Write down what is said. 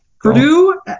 Purdue